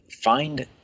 find